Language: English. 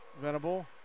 Venable